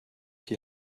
die